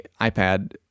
ipad